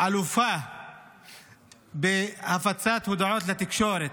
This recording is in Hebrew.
אלופים בהפצת הודעות לתקשורת,